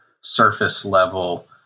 surface-level